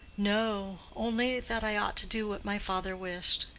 no only that i ought to do what my father wished.